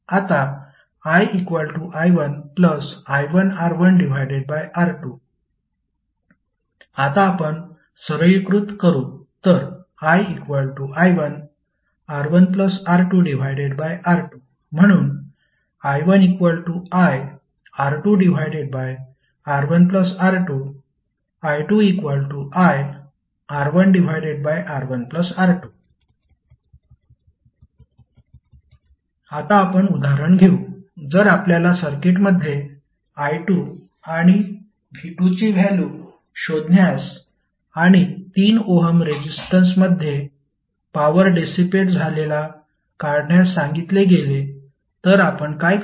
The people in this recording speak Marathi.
आता ii1i1R1R2 आता आपण सरलीकृत करू तर ii1R1R2R2 म्हणून i1iR2R1R2 i2iR1R1R2 आता आपण उदाहरण घेऊ जर आपल्याला सर्किटमध्ये i2 आणि v2 ची व्हॅल्यू शोधण्यास आणि 3 ओहम रेजिस्टरमध्ये पॉवर डेसीपेट झालेला काढण्यास सांगितले गेले तर आपण काय कराल